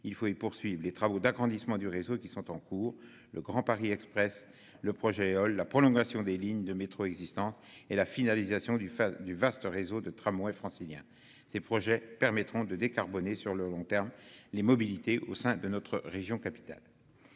il faut et poursuivent les travaux d'agrandissement du réseau qui sont en cours. Le Grand Paris Express. Le projet Eole la prolongation des lignes de métro existence et la finalisation du du vaste réseau de tramway franciliens ces projets permettront de décarboner sur le long terme les mobilités au sein de notre région capitale.